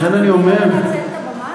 לכן אני אומר, אדוני לא מנצל את הבמה הזאת?